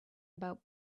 about